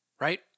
Right